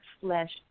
flesh